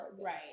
right